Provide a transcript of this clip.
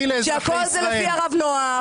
הכול זה לפי הרב נוח,